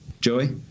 Joey